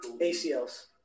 ACLs